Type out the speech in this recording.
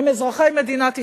הם אזרחי מדינת ישראל,